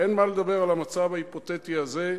אין מה לדבר על המצב ההיפותטי הזה.